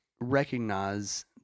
recognize